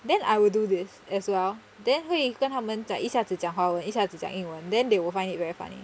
then I will do this as well then 会跟他们讲一下子讲华文一下子讲英文 then they will find it very funny